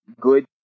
good